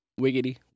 wiggity